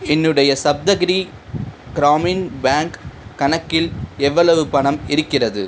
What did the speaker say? என்னுடைய சப்தகிரி கிராமின் பேங்க் கணக்கில் எவ்வளவு பணம் இருக்கிறது